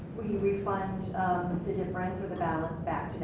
we refund the difference or the balance back to